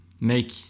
Make